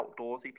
outdoorsy